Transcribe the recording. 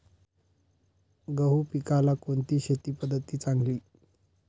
गहू पिकाला कोणती शेती पद्धत चांगली?